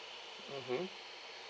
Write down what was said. mmhmm